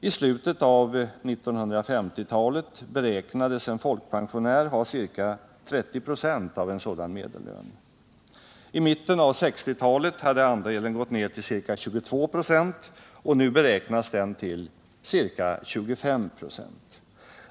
I slutet av 1950-talet beräknades en folkpensionär ha ca 30 96 av en sådan medellön. I mitten av 1960-talet hade andelen gått ned till ca 22 26 och nu beräknas den till 25 96.